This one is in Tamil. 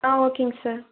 ஆ ஓகேங்க சார்